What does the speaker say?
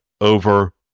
over